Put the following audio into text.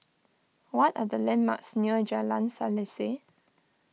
what are the landmarks near Jalan Selaseh